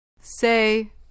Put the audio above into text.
Say